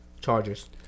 Chargers